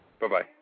Bye-bye